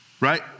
Right